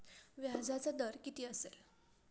व्याजाचा दर किती असेल?